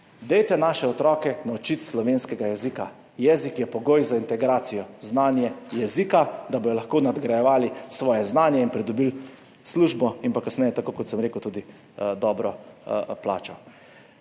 dajte naše otroke naučiti slovenskega jezika. Jezik je pogoj za integracijo, znanje jezika, da bodo lahko nadgrajevali svoje znanje in pridobili službo in kasneje, tako kot sem rekel, tudi dobro plačo.